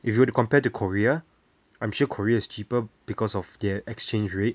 if you were to compare to korea I'm sure korea is cheaper because of their exchange rate